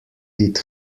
did